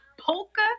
Polka